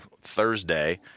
Thursday